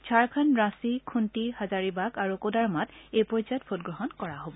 ঝাৰখণু ৰাঁচী খৃণ্টি হাজাৰিবাগ আৰু কোদাৰ্মাত এই পৰ্যায়ত ভোটগ্ৰহণ কৰা হব